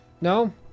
no